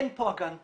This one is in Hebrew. אין פה אגן טבק.